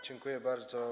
Dziękuję bardzo.